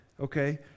Okay